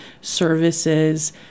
services